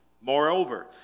Moreover